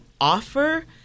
offer